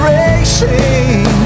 racing